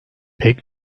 pek